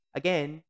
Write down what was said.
again